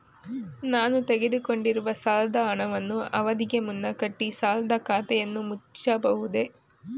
ನಾನು ತೆಗೆದುಕೊಂಡಿರುವ ಸಾಲದ ಹಣವನ್ನು ಅವಧಿಗೆ ಮುನ್ನ ಕಟ್ಟಿ ಸಾಲದ ಖಾತೆಯನ್ನು ಮುಚ್ಚಬಹುದೇ?